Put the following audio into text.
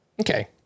Okay